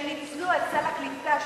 שניצלו את סל הקליטה שקיבלו,